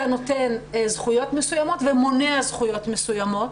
אתה נוטל זכויות מסוימות ומונע זכויות מסוימות.